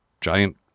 giant